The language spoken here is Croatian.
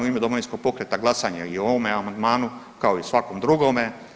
Tražim u ime Domovinskog pokreta glasanje i o ovome amandmanu kao i svakom drugome.